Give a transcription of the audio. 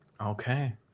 Okay